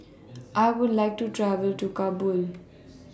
I Would like to travel to Kabul